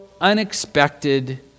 unexpected